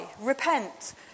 repent